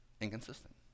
inconsistent